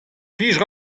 plijout